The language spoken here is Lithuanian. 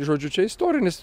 žodžiu čia istorinis